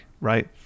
right